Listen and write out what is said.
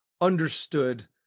understood